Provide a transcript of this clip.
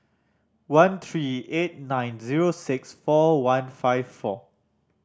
one three eight nine zero six four one five four